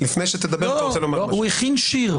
לא להתקין תקנות כשהוא חייב להתקין